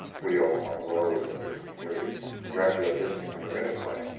we all we're always auditioning. you're yeah you're actually auditioning when you're in a play,